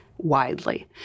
widely